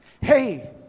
Hey